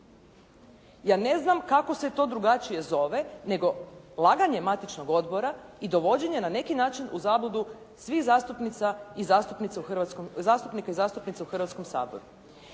Ja ne znam kako se to drugačije zove nego laganje matičnog odbora i dovođenje na neki način zabludu svih zastupnica i zastupnica u Hrvatskom,